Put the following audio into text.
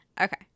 okay